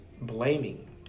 blaming